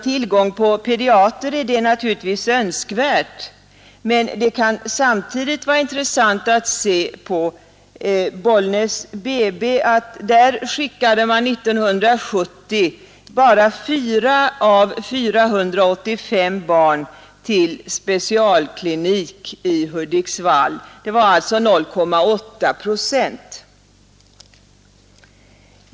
Tillgång på pediatriker är naturligtvis önskvärd, men det kan samtidigt vara intressant att se att man vid Bollnäs BB 1970 skickade bara 4 av 485 barn till specialklinik i Hudiksvall — alltså 0,8 procent.